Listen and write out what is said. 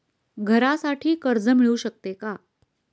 घरासाठी कर्ज मिळू शकते का?